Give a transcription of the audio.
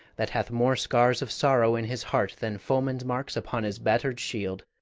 that hath more scars of sorrow in his heart than foemen's marks upon his batt'red shield,